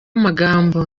amagambo